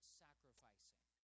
sacrificing